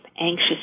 anxious